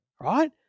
right